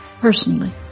personally